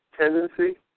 tendency